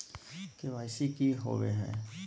KYC की हॉबे हय?